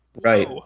Right